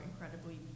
incredibly